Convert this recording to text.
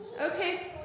Okay